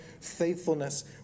faithfulness